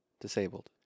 Disabled